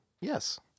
Yes